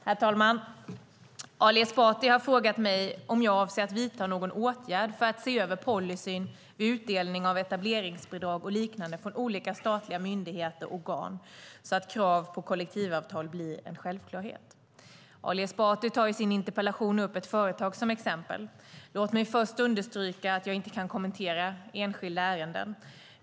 Herr talman! Ali Esbati har frågat mig om jag avser att vidta någon åtgärd för att se över policyn vid utdelning av etableringsbidrag och liknande från olika statliga myndigheter och organ, så att krav på kollektivavtal blir en självklarhet. Ali Esbati tar i sin interpellation upp ett företag som exempel. Låt mig först understryka att jag inte kan kommentera enskilda ärenden.